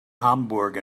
hamburg